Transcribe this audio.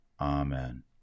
Amen